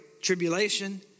tribulation